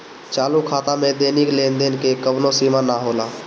चालू खाता में दैनिक लेनदेन के कवनो सीमा ना होला